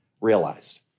realized